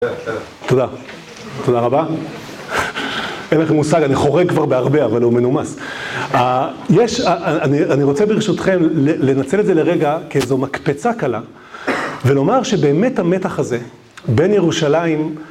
תודה. תודה רבה. אין לכם מושג, אני חורג כבר בהרבה, אבל הוא מנומס. יש, אני רוצה ברשותכם לנצל את זה לרגע כאיזו מקפצה קלה, ולומר שבאמת המתח הזה בין ירושלים...